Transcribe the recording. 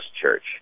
Church